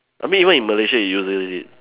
I mean even in Malaysia it uses it